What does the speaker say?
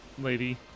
lady